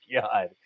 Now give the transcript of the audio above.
god